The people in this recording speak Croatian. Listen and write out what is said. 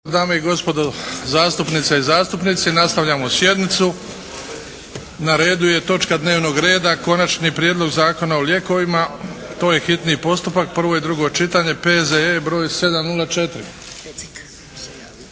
dame i gospodo zastupnice i zastupnici. Nastavljamo sjednicu. Na redu je točka dnevnog reda: - Konačni prijedlog Zakona o lijekovima, hitni postupak, prvo i drugo čitanje P.Z.E. br. 704